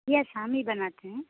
yes हम ही बनाते हैं